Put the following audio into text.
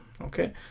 Okay